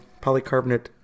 polycarbonate